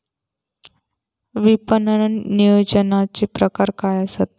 विपणन नियोजनाचे प्रकार काय आसत?